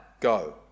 go